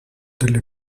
delle